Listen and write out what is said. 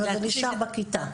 אז זה נשאר בכיתה,